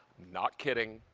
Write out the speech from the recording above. not kidding.